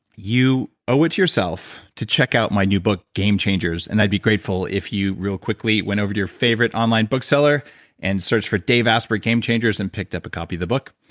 you owe it to yourself to check out my new book, game changers, and i'd be grateful if you really quickly went over to your favorite online bookseller and searched for dave asprey, game changers and picked up a copy of the book.